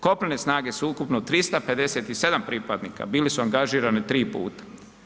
Kopnene snage s ukupno 357 pripadnika bili su angažirani 3 puta.